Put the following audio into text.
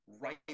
right